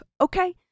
Okay